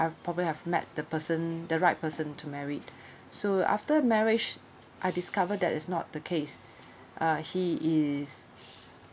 I've probably have met the person the right person to marry so after marriage I discovered that is not the case uh he is